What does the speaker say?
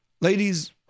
Ladies